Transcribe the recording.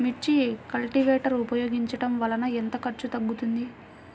మిర్చి కల్టీవేటర్ ఉపయోగించటం వలన ఎంత ఖర్చు తగ్గుతుంది?